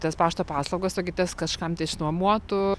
tas pašto paslaugas o kitas kažkam tai išnuomotų